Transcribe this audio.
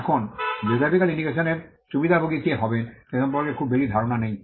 এখন geographical indication এর সুবিধাভোগী কে হবেন সে সম্পর্কে খুব বেশি ধারণা নেই